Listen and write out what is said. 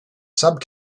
sub